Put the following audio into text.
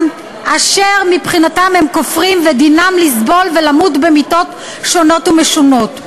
אשר מבחינתם הם כופרים ודינם לסבול ולמות במיתות שונות ומשונות.